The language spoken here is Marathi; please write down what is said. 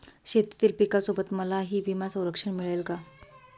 शेतीतील पिकासोबत मलाही विमा संरक्षण मिळेल का?